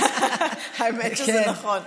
האמת שזה נכון.